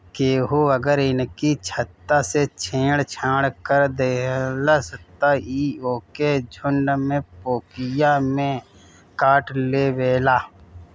केहू अगर इनकी छत्ता से छेड़ छाड़ कर देहलस त इ ओके झुण्ड में पोकिया में काटलेवेला